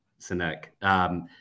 Sinek